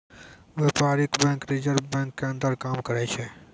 व्यपारीक bank reserve bank के अंदर काम करै छै